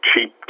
cheap